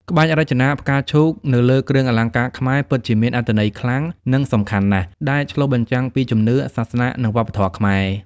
ក្បាច់រចនាផ្កាឈូកនៅលើគ្រឿងអលង្ការខ្មែរពិតជាមានអត្ថន័យខ្លាំង និងសំខាន់ណាស់ ដែលឆ្លុះបញ្ចាំងពីជំនឿ សាសនា និងវប្បធម៌ខ្មែរ។